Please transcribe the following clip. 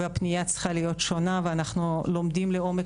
הפנייה צריכה להיות שונה ואנחנו לומדים לעומק